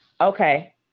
Okay